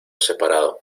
separado